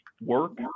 work